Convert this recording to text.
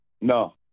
No